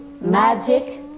magic